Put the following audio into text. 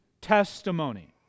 testimony